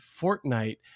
fortnite